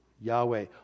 Yahweh